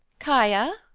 kaia,